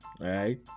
right